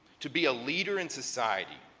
to be a leader in society.